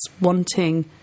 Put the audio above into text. wanting